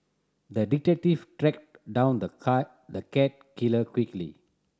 the detective tracked down the car the cat killer quickly